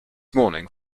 morning